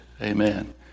Amen